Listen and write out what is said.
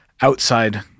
outside